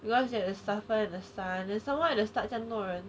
because you have to suffer in the sun then somemore at the start 这样多人